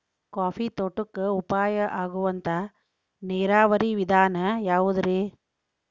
Coffee ತೋಟಕ್ಕ ಉಪಾಯ ಆಗುವಂತ ನೇರಾವರಿ ವಿಧಾನ ಯಾವುದ್ರೇ?